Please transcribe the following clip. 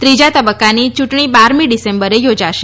ત્રીજા તબક્કાની ચૂંટણી બારમી ડિસેમ્બરે યોજાશે